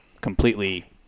completely